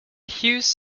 hughes